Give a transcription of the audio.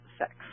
sex